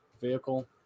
vehicle